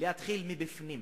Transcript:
להתחיל בפנים.